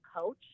coach